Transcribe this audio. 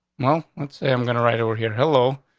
well, let's say i'm gonna right over here. hello?